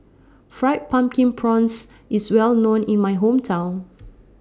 Fried Pumpkin Prawns IS Well known in My Hometown